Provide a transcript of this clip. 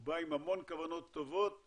הוא בא עם המון כוונות טובות